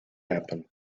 happen